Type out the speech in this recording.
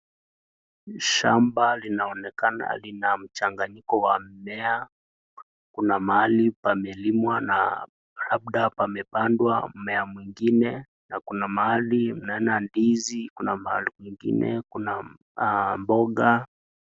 Shamba linaonekana lina mchanganyiko wa mimea, kuna mahali pamelimwa labda pamepandwa mmea mwingine na kuna mahali tunaona ndizi na kuna mahali kwingine mboga.